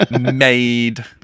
made